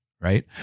right